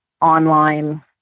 online